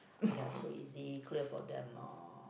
!aiya! so easy clear for them lor